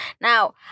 Now